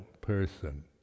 person